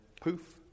poof